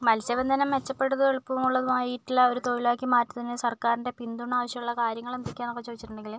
മത്സ്യബന്ധനം മെച്ചപെട്ടതും എളുപ്പമുള്ളതുമായിട്ടുള്ള ഒരു തൊഴിലാക്കി മാറ്റുന്നതിന് സര്ക്കാരിന്റെ പിന്തുണ ആവശ്യമുള്ള കാര്യങ്ങള് എന്തൊക്കെയാണന്നു ഒക്കെ ചോദിച്ചിട്ടുണ്ടെങ്കില്